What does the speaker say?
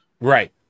right